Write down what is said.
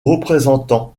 représentants